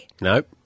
Nope